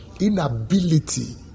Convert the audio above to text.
inability